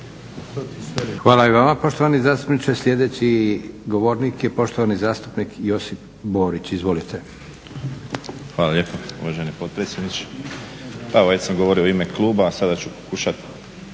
Hvala i vama poštovani zastupniče. Sljedeći govornik je poštovani zastupnik Josip Borić. Izvolite. **Borić, Josip (HDZ)** Hvala lijepa uvaženi potpredsjedniče. Pa evo već sam govorio u ime kluba, a sada ću pokušat